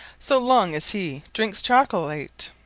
so long as he drinkes chocolate.